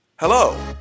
Hello